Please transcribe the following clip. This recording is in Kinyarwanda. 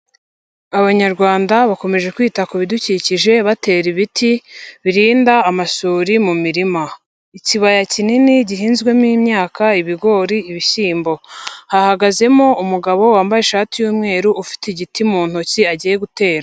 Abanyarwanda bakomeje kwita ku bidukikije batera ibiti birinda amasuri mu mirima, ikibaya kinini gihinzwemo imyaka ibigori, ibishyimbo. Hahagazemo umugabo wambaye ishati y'umweru ufite igiti mu ntoki agiye gutera.